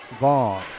Vaughn